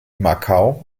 macau